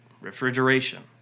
refrigeration